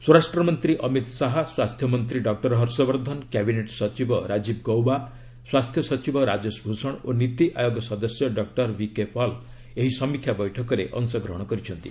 ସ୍ୱରାଷ୍ଟ୍ରମନ୍ତ୍ରୀ ଅମିତ ଶାହା ସ୍ୱାସ୍ଥ୍ୟମନ୍ତ୍ରୀ doctor Harshvardhan cabinet ସଚିବ ରାଜୀବ ଗୌବା ସ୍ୱାସ୍ଥ୍ୟସଚିବ ରାଜେଶ ଭୂଷଣ ଓ ନୀତିଆୟୋଗ ସଦସ୍ୟ ଡକୁର ଭିକେପଲ୍ ଏହି ସମୀକ୍ଷା ବୈଠକରେ ଅଂଶଗ୍ରହଣ କରିଛନ୍ତି